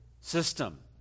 system